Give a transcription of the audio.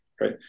Right